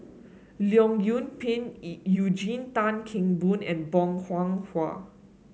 Leong Yoon Pin Eugene Tan Kheng Boon and Bong Hiong Hwa